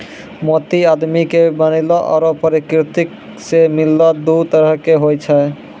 मोती आदमी के बनैलो आरो परकिरति सें मिललो दु तरह के होय छै